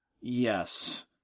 Yes